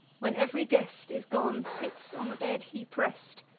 when ev'ry guest is gone, sits on the bed he press'd,